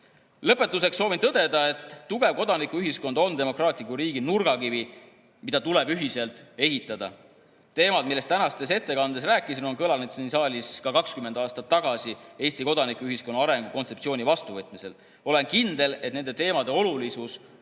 Lõpetuseks soovin tõdeda, et tugev kodanikuühiskond on demokraatliku riigi nurgakivi, mida tuleb ühiselt ehitada. Teemad, millest tänases ettekandes rääkisin, on kõlanud siin saalis ka 20 aastat tagasi Eesti kodanikuühiskonna arengukontseptsiooni vastuvõtmisel. Olen kindel, et nende teemade olulisus on